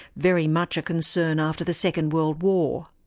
very much a concern after the second world war.